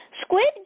Squid